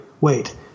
wait